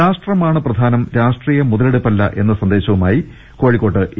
രാഷ്ട്രമാണ് പ്രധാനം രാഷ്ട്രീയ മുതലെടുപ്പല്ല എന്ന സന്ദേശവുമായി കോഴിക്കോട്ട് എ